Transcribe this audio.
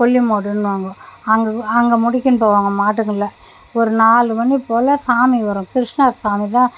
கொல்லிமோடுன்வாங்கோ அங்கே போ அங்கே முடிக்கின்னு போவாங்க மாட்டுக்களை ஒரு நாலு மணி போல் சாமி வரும் கிருஷ்ணர் சாமி தான்